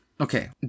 Okay